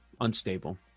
Unstable